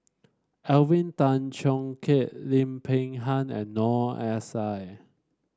Alvin Tan Cheong Kheng Lim Peng Han and Noor S I